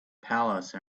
palace